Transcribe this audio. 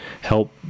help